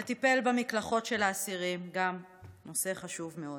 וטיפל במקלחות של האסירים, גם נושא חשוב מאוד,